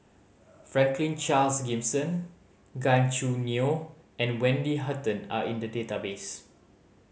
Franklin Charles Gimson Gan Choo Neo and Wendy Hutton are in the database